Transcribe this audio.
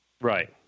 Right